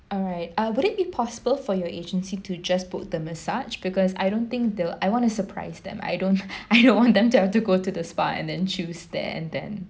alright uh would it be possible for your agency to just put the massage because I don't think they'll I wanna surprise them I don't I don't want them to have to go to the spa and then choose there and then